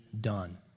done